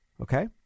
Okay